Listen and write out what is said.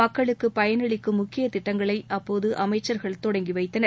மக்களுக்கு பயனளிக்கும் முக்கிய திட்டங்களை அப்போது அமைச்சர்கள் தொடங்கி வைத்தனர்